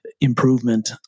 improvement